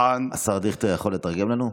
) השר דיכטר יכול לתרגם לנו?